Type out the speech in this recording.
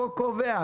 החוק קובע.